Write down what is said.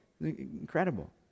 Incredible